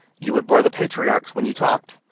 you would bore the patriarchs when you talked,